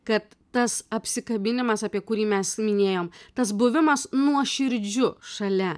kad tas apsikabinimas apie kurį mes minėjom tas buvimas nuoširdžiu šalia